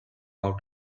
out